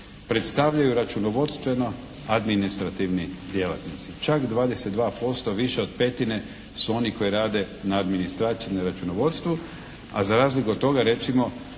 predstavljaju računovodstveno-administrativni djelatnici. Čak 22% više od petine su oni koji rade na administraciji i na računovodstvu. A za razliku od toga recimo